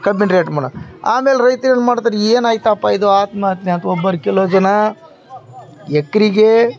ಕಬ್ಬಿನ ರೇಟ್ ಮನ ಆಮೇಲೆ ರೈತ್ರು ಏನು ಮಾಡ್ತಾರೆ ಏನಾಯ್ತಪ್ಪ ಇದು ಆತ್ಮಹತ್ಯೆ ಅಂತ ಒಬ್ರು ಕೆಲವು ಜನ ಎಕರೆಗೆ